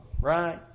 right